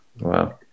Wow